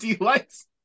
lights